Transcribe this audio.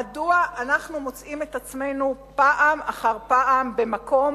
מדוע אנחנו מוצאים את עצמנו פעם אחר פעם במקום